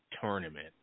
tournament